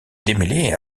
démêlés